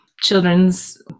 children's